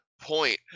point